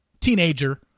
teenager